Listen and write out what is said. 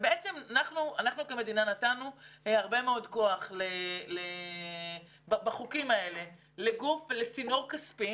אנחנו כמדינה נתנו הרבה מאוד כוח בחוקים האלה לגוף ולצינור כספי,